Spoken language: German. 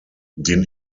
den